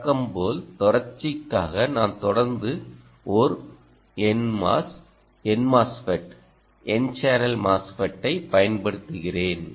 வழக்கம் போல் தொடர்ச்சிக்காக நான் தொடர்ந்து ஒரு NMOS NMOSFET n channel MOSFET ஐப் பயன்படுத்துகிறேன்